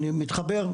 אני מתחבר,